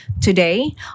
Today